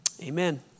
Amen